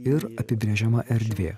ir apibrėžiama erdvė